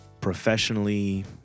professionally